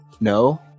no